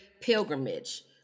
pilgrimage